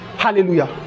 Hallelujah